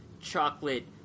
chocolate